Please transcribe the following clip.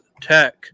Tech